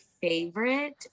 favorite